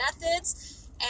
methods